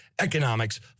economics